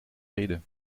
rede